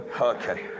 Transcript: Okay